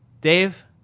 Dave